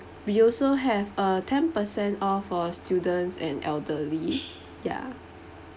we also have a ten percent off for students and elderly ya